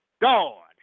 God